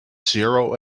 zero